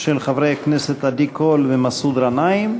של חברי הכנסת עדי קול ומסעוד גנאים,